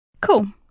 Cool